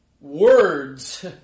words